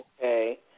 Okay